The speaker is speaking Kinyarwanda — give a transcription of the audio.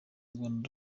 rwanda